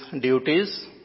duties